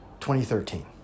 2013